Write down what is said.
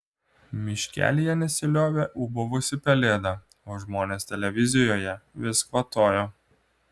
miškelyje nesiliovė ūbavusi pelėda o žmonės televizijoje vis kvatojo